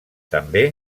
també